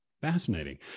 fascinating